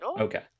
Okay